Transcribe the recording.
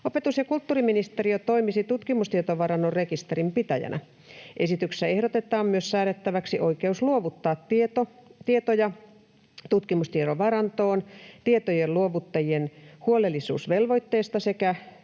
Opetus- ja kulttuuriministeriö toimisi tutkimustietovarannon rekisterinpitäjänä. Esityksessä ehdotetaan myös säädettäväksi oikeus luovuttaa tietoja tutkimustietovarantoon tietojen luovuttajien huolellisuusvelvoitteesta sekä